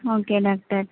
okay doctor